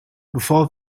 bevor